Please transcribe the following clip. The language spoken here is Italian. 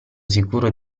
sicuro